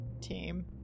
team